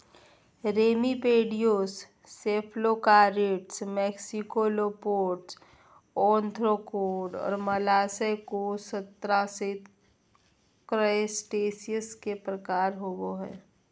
remipedes, cephalocarids, maxillopods, ostracods, और malacostracans, crustaceans के प्रकार होव हइ